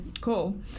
cool